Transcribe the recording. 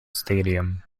stadium